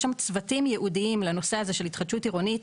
יש שם צוותים ייעודיים לנושא הזה של התחדשות עירונית.